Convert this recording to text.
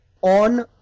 on